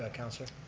ah councilor?